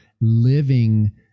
living